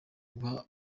guha